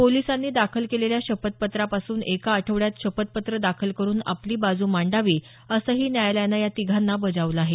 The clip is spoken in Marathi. पोलिसांनी दाखल केलेल्या शपथपत्रापासून एका आठवड्यात शपथपत्र दाखल करुन आपली बाजू मांडावी असंही न्यायालयानं या तिघांना बजावलं आहे